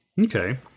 Okay